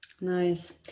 nice